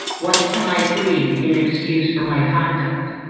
what can i plead in excuse for my conduct?